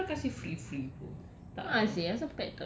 but condoms mana satu pun orang kasi free free per